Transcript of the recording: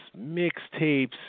mixtapes